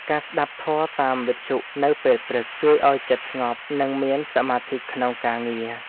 ការស្តាប់ធម៌តាមវិទ្យុនៅពេលព្រឹក ជួយឱ្យចិត្តស្ងប់ និងមានសមាធិក្នុងការងារ។